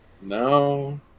No